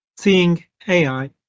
seeingai